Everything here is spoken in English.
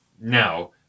Now